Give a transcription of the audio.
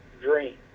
dream